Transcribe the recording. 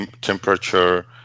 temperature